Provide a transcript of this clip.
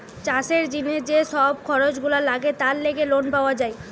চাষের জিনে যে সব খরচ গুলা লাগে তার লেগে লোন পাওয়া যায়